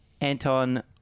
Anton